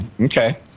Okay